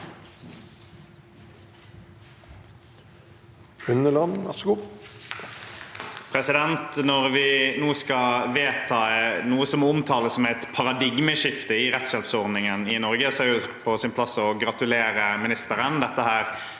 Når vi nå skal vedta noe som omtales som et paradigmeskifte i rettshjelpsordningen i Norge, er det på sin plass å gratulere ministeren. Dette betyr